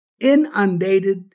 inundated